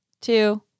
two